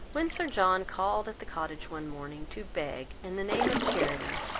when sir john called at the cottage one morning, to beg, in the name of charity,